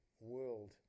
world